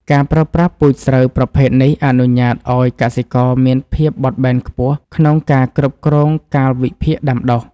ការប្រើប្រាស់ពូជស្រូវប្រភេទនេះអនុញ្ញាតឱ្យកសិករមានភាពបត់បែនខ្ពស់ក្នុងការគ្រប់គ្រងកាលវិភាគដាំដុះ។